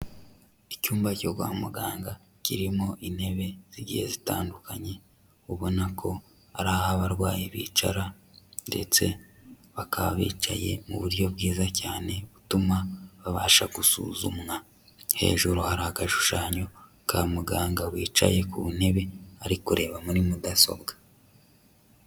Icyumba cyo kwa muganga kirimo intebe zigihe zitandukanye ubona ko ari aho abarwayi bicara ndetse bakaba bicaye mu buryo bwiza cyane butuma babasha gusuzumwa, hejuru hari agashushanyo ka muganga wicaye ku ntebe ari kureba muri mudasobwa.